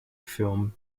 film